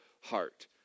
heart